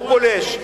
הוא פולש?